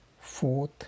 fourth